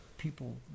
people